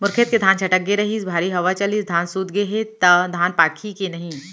मोर खेत के धान छटक गे रहीस, भारी हवा चलिस, धान सूत गे हे, त धान पाकही के नहीं?